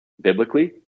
biblically